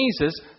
Jesus